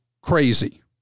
crazy